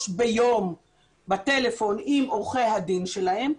שעות ביום בטלפון עם עורכי הדין שלהם.